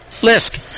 Lisk